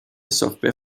software